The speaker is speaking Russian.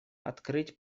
открыть